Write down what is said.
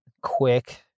quick